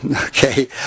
Okay